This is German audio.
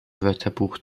wörterbuch